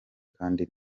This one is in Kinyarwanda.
kandi